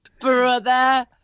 brother